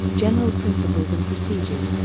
general principles and procedures,